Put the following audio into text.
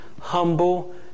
humble